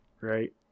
right